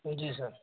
जी sir